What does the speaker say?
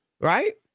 right